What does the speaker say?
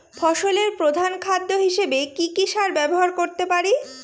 ফসলের প্রধান খাদ্য হিসেবে কি কি সার ব্যবহার করতে পারি?